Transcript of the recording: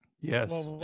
Yes